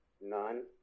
None